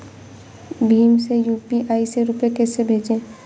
भीम से यू.पी.आई में रूपए कैसे भेजें?